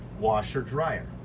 washer dryer.